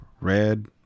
red